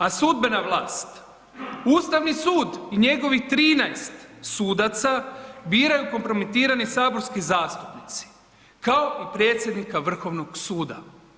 A sudbena vlast, Ustavni sud i njegovih 13 sudaca biraju kompromitirani saborski zastupnici, kao i predsjednika Vrhovnog suda.